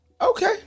okay